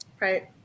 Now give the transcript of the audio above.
Right